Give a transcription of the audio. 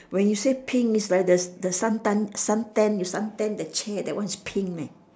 when you say pink is like the the suntan suntan you sun tan that chair that one is pink eh